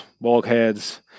bulkheads